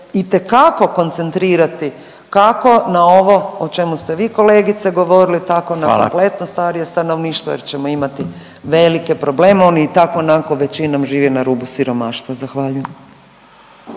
itekako koncentrirati kako na ovo o čemu ste vi, kolegice govorili, tako na kompletno starije stanovništvo jer ćemo imati velike probleme. Oni i tako i onako većinom žive na rubu siromaštva. Zahvaljujem.